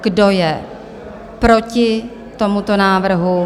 Kdo je proti tomuto návrhu?